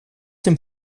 dem